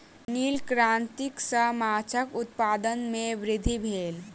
नील क्रांति सॅ माछक उत्पादन में वृद्धि भेल